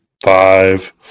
five